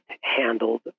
handled